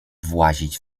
włazić